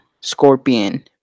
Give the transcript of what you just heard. Scorpion